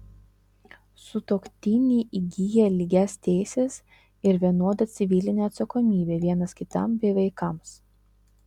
sutuoktiniai įgyja lygias teises ir vienodą civilinę atsakomybę vienas kitam bei vaikams